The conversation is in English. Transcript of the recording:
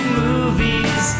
movies